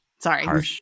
Sorry